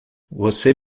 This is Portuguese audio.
você